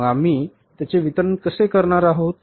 मग आम्ही त्याचे वितरण कसे करणार आहोत